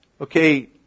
okay